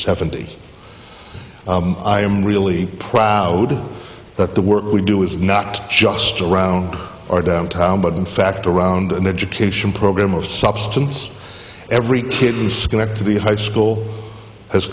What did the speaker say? seventy i am really proud that the work we do is not just around our downtown but in fact around and education program of substance every kid in schenectady high school has